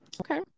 Okay